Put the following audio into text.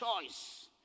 choice